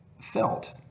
felt